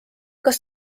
kas